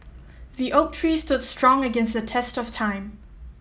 the oak tree stood strong against the test of time